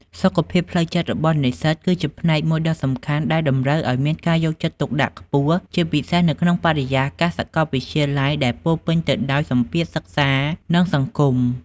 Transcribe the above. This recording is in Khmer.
សុខភាពផ្លូវចិត្តរបស់និស្សិតគឺជាផ្នែកមួយដ៏សំខាន់ដែលតម្រូវឱ្យមានការយកចិត្តទុកដាក់ខ្ពស់ ជាពិសេសនៅក្នុងបរិយាកាសសាកលវិទ្យាល័យដែលពោរពេញទៅដោយសម្ពាធសិក្សា និងសង្គម។